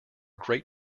great